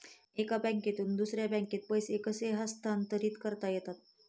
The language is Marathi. एका बँकेतून दुसऱ्या बँकेत पैसे कसे हस्तांतरित करता येतात?